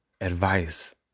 Advice